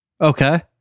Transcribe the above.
Okay